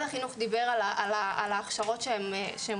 לפני שהיא